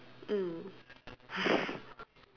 mm